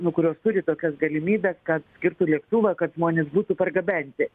nu kurios turi tokias galimybes kad skirtų lėktuvą kad žmonės būtų pargabenti